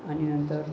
आणि नंतर